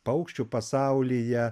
paukščių pasaulyje